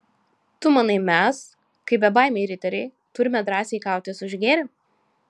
tu manai mes kaip bebaimiai riteriai turime drąsiai kautis už gėrį